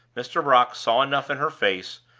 mr. brock saw enough in her face,